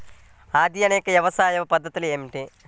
ఆధునిక వ్యవసాయ పద్ధతులు ఏమిటి?